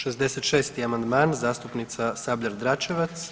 66. amandman zastupnica Sabljar Dračevac.